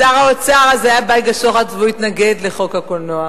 שר האוצר אז היה בייגה שוחט והוא התנגד לחוק הקולנוע.